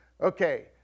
Okay